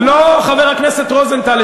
חבר הכנסת רוזנטל,